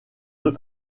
deux